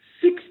six